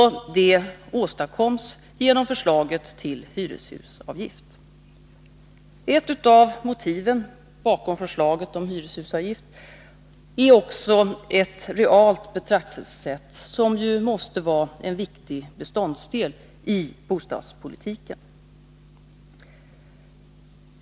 Detta åstadkoms genom förslaget om hyreshusavgift. Ett av motiven bakom förslaget om hyreshusavgift är också ett realt betraktelsesätt, som ju måste vara en viktig beståndsdel i bostadspolitiken.